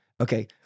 Okay